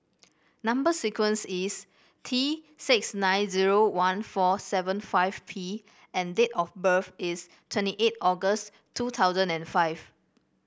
number sequence is T six nine zero one four seven five P and date of birth is twenty eight August two thousand and five